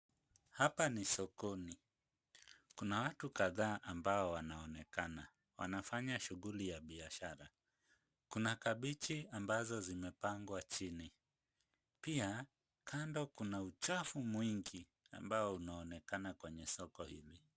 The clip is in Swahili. Hapa ni sokoni. Kuna watu kadhaa ambao wanaonekana, wanafanya shughuli ya biashara. Kuna kabichi ambazo zimepangwa chini. Pia kando kuna uchafu mwingi ambao unaonekana kwenye soko hili.